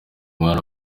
mwana